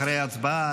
אחרי ההצבעה,